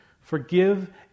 Forgive